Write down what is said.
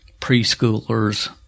preschoolers